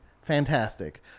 Fantastic